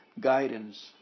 Guidance